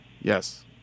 Yes